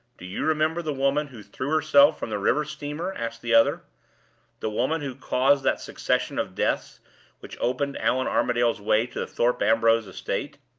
do you remember the woman who threw herself from the river steamer? asked the other the woman who caused that succession of deaths which opened allan armadale's way to the thorpe ambrose estate?